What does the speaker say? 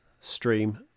stream